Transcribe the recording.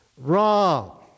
Wrong